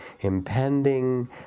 impending